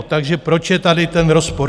Takže proč je tady ten rozpor?